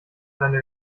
seine